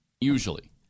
usually